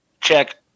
Check